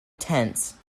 tenths